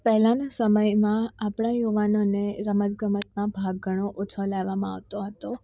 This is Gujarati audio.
પહેલાના સમયમાં આપણા યુવાનોને રમત ગમતમાં ભાગ ઘણો ઓછો લેવામાં આવતો હતો